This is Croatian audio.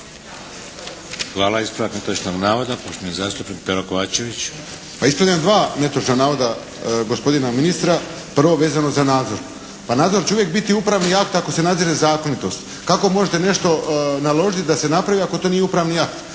Hvala. Ispravak netočnog navoda, poštovani zastupnik Pero Kovačević. **Kovačević, Pero (HSP)** Pa ispravljam dva netočna navoda gospodina ministra. Prvo vezano za nadzor. Pa nadzor će uvijek biti upravni akt ako se nadzire zakonitost. Kako možete nešto naložiti da se napravi ako to nije upravni akt,